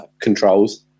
controls